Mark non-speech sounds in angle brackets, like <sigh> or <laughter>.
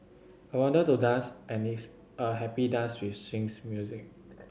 I wanted to dance and it's a happy dance with swings music <noise>